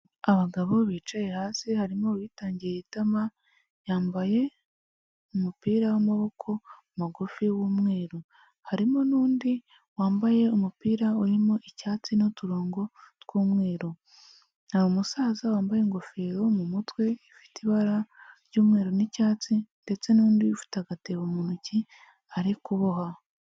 Abagabo bicaye hasi harimo uwitangiye itama yambaye umupira w'amaboko magufi w'umweru harimo n'undi wambaye umupira urimo icyatsi n'uturongo tw'umweru nta musaza wambaye ingofero mu mutwe ifite ibara ry'umweru n’icyatsi ndetse n’undi ufite agatebo mu ntoki ari kuboha.